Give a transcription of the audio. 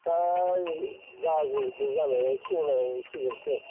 दा गाज्रिसो जालाय लाय सेवलाय लांसिगोनसो